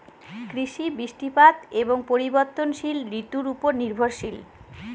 কৃষি বৃষ্টিপাত এবং পরিবর্তনশীল ঋতুর উপর নির্ভরশীল